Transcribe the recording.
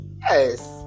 Yes